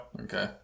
Okay